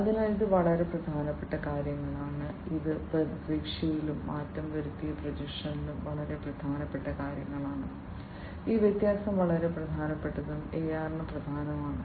അതിനാൽ ഇത് വളരെ പ്രധാനപ്പെട്ട കാര്യങ്ങളാണ് ഇത് പ്രതീക്ഷയിലും മാറ്റം വരുത്തിയ പ്രൊജക്ഷനിലും വളരെ പ്രധാനപ്പെട്ട കാര്യങ്ങളാണ് ഈ വ്യത്യാസം വളരെ പ്രധാനപ്പെട്ടതും AR ന് പ്രധാനമാണ്